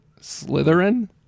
Slytherin